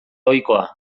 ohikoa